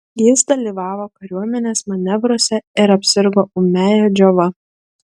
jis dalyvavo kariuomenės manevruose ir apsirgo ūmiąja džiova